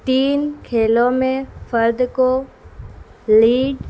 تین کھیلوں میں فرد کو لیڈ